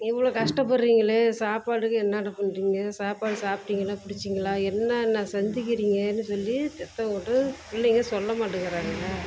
இவ்வளோ கஷ்டப்படுறீங்களே சாப்பாட்டுக்கு என்னடா பண்ணுறிங்க சாப்பாடு சாப்பிட்டீங்களா பிடிச்சிங்களா என்னன்ன செஞ்சுக்கிறீங்கனு சொல்லி சத்தம் போட்டு பிள்ளைங்க சொல்ல மாட்டேங்குறாங்க